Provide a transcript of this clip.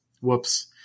whoops